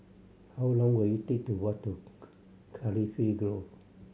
how long will it take to walk to Cardifi Grove